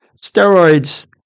Steroids